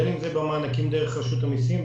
בין אם זה במענקים דרך רשות המיסים,